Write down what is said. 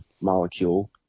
molecule